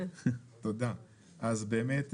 אז באמת,